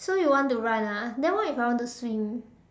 so you want to run ah then what if I want to swim